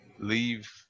leave